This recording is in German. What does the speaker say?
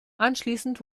anschließend